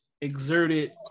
exerted